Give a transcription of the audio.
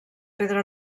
pedra